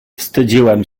wstydziłam